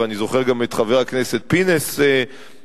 ואני זוכר גם את חבר הכנסת פינס מעלה